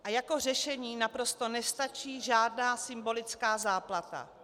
A jako řešení naprosto nestačí žádná symbolická záplata.